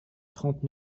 trente